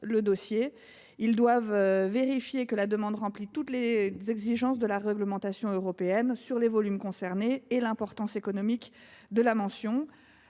Ces administrations vérifient que la demande remplit toutes les exigences de la réglementation européenne relatives aux volumes concernés et à l’importance économique de la mention.